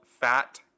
Fat